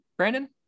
Brandon